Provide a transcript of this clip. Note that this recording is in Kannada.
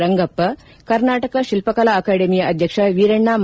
ರಂಗಪ್ಪ ಕರ್ನಾಟಕ ಶಿಲ್ಪಕಲಾ ಅಕಾಡಮಿಯ ಅಧ್ಯಕ್ಷ ವೀರಣ್ಣಾ ಮಾ